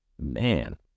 Man